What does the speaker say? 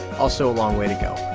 also a long way to go